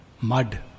mud